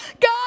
God